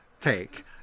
take